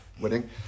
winning